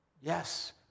Yes